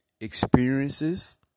experiences